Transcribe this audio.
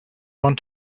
want